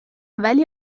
ولی